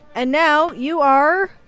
and now you are.